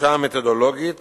חולשה מתודולוגית